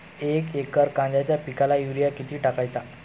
एक एकर कांद्याच्या पिकाला युरिया किती टाकायचा?